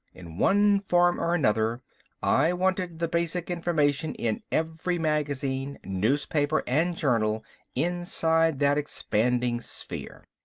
in one form or another i wanted the basic information in every magazine, newspaper and journal inside that expanding sphere.